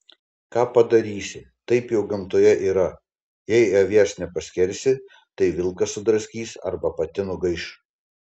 ką padarysi taip jau gamtoje yra jei avies nepaskersi tai vilkas sudraskys arba pati nugaiš